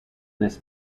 this